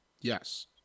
Yes